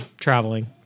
traveling